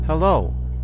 Hello